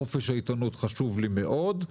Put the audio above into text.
חופש העיתונות חשוב לי מאוד,